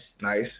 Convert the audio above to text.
Nice